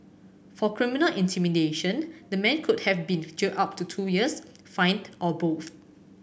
for criminal intimidation the man could have been jailed up to two years fined or both